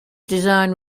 design